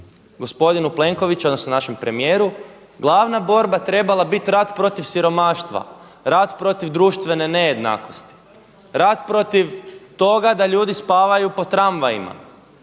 gospodinu Plenkoviću odnosno našem premijeru glavna borba trebala biti rat protiv siromaštva, rat protiv društvene nejednakosti, rat protiv toga da ljudi spavaju po tramvajima,